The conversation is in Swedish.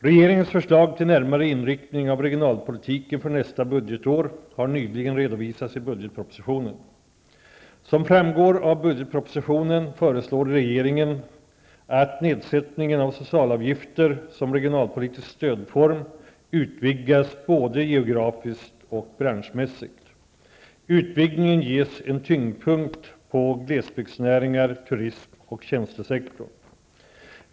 Regeringens förslag till närmare inriktning av regionalpolitiken för nästa budgetår har nyligen redovisats i budgetpropositionen. Som framgår av budgetspropositionen föreslår regeringen att nedsättningen av socialavgifter som regionalpolitisk stödform utvidgas både geografiskt och branschmässigt. Utvidgningen ges en tyngdpunkt på glesbygdsnäringarna, turismen och tjänstesektorn.